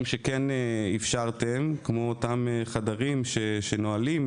שכן אפשרתם כמו אותם חדרים שנועלים,